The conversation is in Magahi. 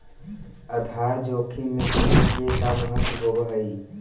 आधार जोखिम में समय के का महत्व होवऽ हई?